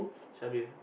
syabil